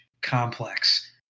complex